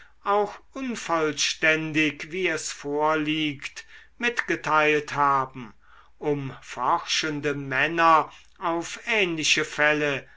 auch unvollständig wie es vorliegt mitgeteilt haben um forschende männer auf ähnliche fälle